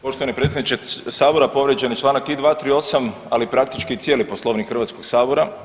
Poštovani predsjedniče Sabora, povrijeđen je članak i 238. ali i praktički cijeli Poslovnik Hrvatskog sabora.